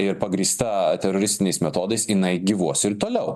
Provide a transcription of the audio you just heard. ir pagrįsta teroristiniais metodais jinai gyvuos ir toliau